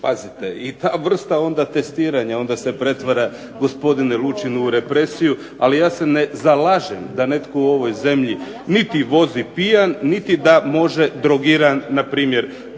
Pazite, i ta vrsta onda testiranja onda se pretvara gospodine Lučin u represiju, ali ja se na zalažem da netko u ovoj zemlji niti vozi pijan niti da može drogiran npr.